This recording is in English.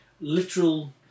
literal